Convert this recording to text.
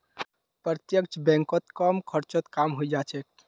प्रत्यक्ष बैंकत कम खर्चत काम हइ जा छेक